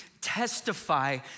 testify